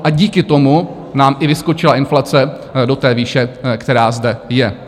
A díky tomu nám i vyskočila inflace do té výše, která zde je.